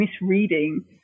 misreading